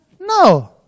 No